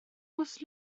oes